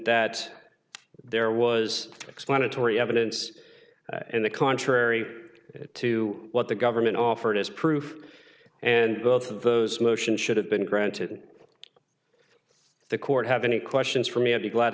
that there was explanatory evidence and the contrary to what the government offered as proof and both of those motions should have been granted and the court have any questions for me i'd be glad